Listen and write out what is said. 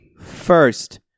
first